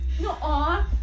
No